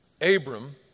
Abram